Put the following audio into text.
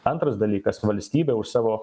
antras dalykas valstybė už savo